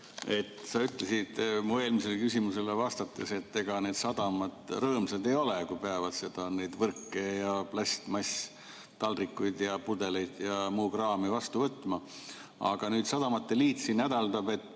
Sa ütlesid mu eelmisele küsimusele vastates, et ega sadamad rõõmsad ei ole, kui peavad neid võrke, plastmasstaldrikuid, pudeleid ja muud kraami vastu võtma. Aga nüüd sadamate liit hädaldab, et